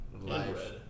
life